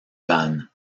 vannes